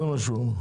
זה מה שהוא אמר.